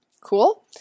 Cool